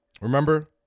Remember